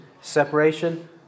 separation